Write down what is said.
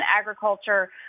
agriculture